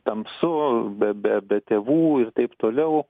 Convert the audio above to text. tamsu be be tėvų ir taip toliau